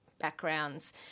backgrounds